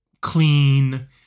clean